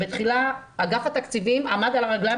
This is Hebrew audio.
בתחילה אגף התקציבים עמד על הרגליים